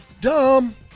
Dumb